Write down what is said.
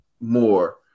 more